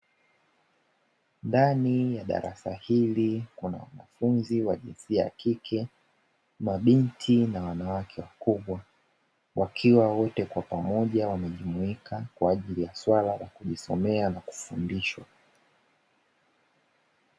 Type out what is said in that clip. Ndani ya darasa hili kuna wanafunzi wa jinsia ya kike, mabinti na wanawake wakubwa, wakiwa wote kwa pamoja wamejumuika kwaajili ya swala la kujisomea na kufundishwa.